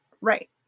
Right